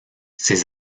ses